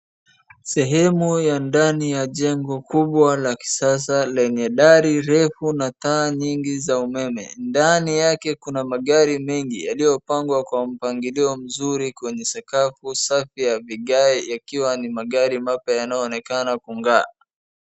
Sehemu ya ndani ya jengo kubwa la kisasa lenye dari refu na taa nyingi za umeme. Ndani yake kuna magari mengi yaliyopangwa kwa mpangilio mzuri kwenye sakafu safi ya vigae yakiwa ni magari mapya yanayooonekana kungaa.